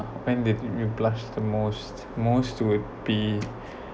when did you blushed the most most would be